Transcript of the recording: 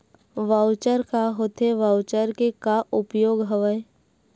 Voucher का होथे voucher के का उपयोग हवय?